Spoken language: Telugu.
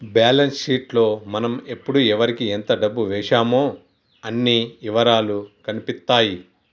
బ్యేలన్స్ షీట్ లో మనం ఎప్పుడు ఎవరికీ ఎంత డబ్బు వేశామో అన్ని ఇవరాలూ కనిపిత్తాయి